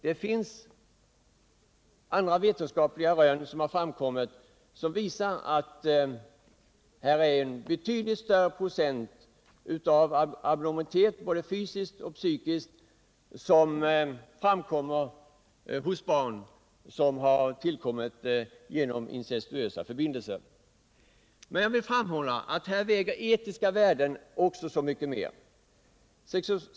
Det finns nämligen andra vetenskapliga rön som visar på en betydligt större procent abnormitet, både fysiskt och psykiskt, hos barn i incestuösa förbindelser. Men jag vill också framhålla att här väger etiska värden så mycket mer.